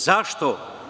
Zašto?